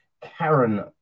karen